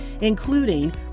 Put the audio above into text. including